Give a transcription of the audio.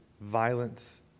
violence